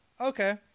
Okay